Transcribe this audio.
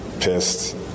pissed